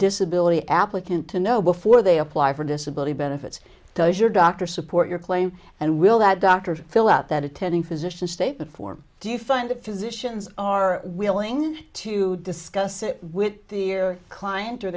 disability applicant to know before they apply for disability benefits does your doctor support your claim and will that doctor fill out that attending physician statement form do you find physicians are willing to discuss it with the or client or